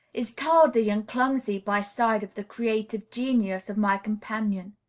is tardy and clumsy by side of the creative genius of my companion.